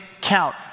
count